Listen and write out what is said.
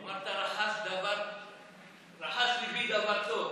אמרת "רחש לבי דבר טוב".